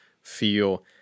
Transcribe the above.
feel